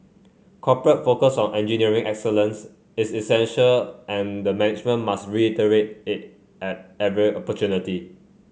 corporate focus on engineering excellence is essential and the management must reiterate it at every opportunity